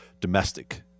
domestic